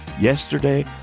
Yesterday